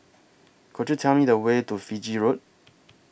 Could YOU Tell Me The Way to Fiji Road